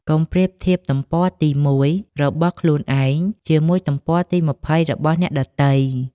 កុំប្រៀបធៀប "ទំព័រទី ១" របស់ខ្លួនឯង ជាមួយ "ទំព័រទី ២០" របស់អ្នកដទៃ។